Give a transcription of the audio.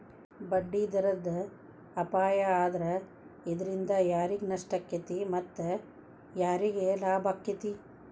ಬಡ್ಡಿದರದ್ ಅಪಾಯಾ ಆದ್ರ ಇದ್ರಿಂದಾ ಯಾರಿಗ್ ನಷ್ಟಾಕ್ಕೇತಿ ಮತ್ತ ಯಾರಿಗ್ ಲಾಭಾಕ್ಕೇತಿ?